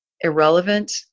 irrelevant